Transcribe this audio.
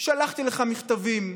שלחתי לך מכתבים,